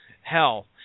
hell